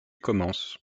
commence